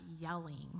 yelling